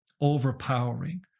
overpowering